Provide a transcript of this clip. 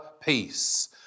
peace